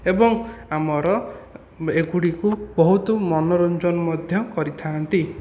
ଏବଂ ଆମର ଏଗୁଡ଼ିକୁ ବହୁତ ମନୋରଞ୍ଜନ ମଧ୍ୟ କରିଥାନ୍ତି